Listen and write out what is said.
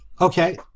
Okay